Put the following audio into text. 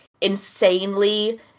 insanely